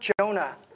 Jonah